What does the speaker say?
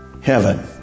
heaven